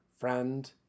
friend